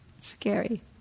scary